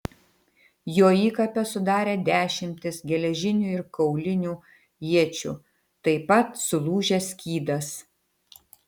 jo įkapes sudarė dešimtis geležinių ir kaulinių iečių taip pat sulūžęs skydas